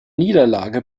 niederlage